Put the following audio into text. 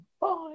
Bye